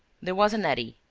there was an eddy.